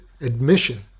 admission